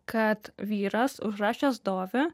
kad vyras užrašęs dovį